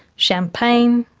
champagne,